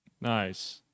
Nice